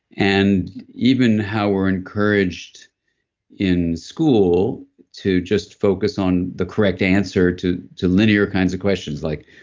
and even how we're encouraged in school to just focus on the correct answer to to linear kind of questions, like.